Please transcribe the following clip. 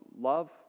love